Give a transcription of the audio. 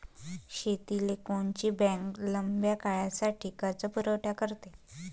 शेतीले कोनची बँक लंब्या काळासाठी कर्जपुरवठा करते?